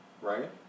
right